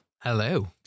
Hello